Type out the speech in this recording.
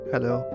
Hello